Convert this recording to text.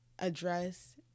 address